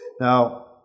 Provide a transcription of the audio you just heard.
Now